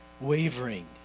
wavering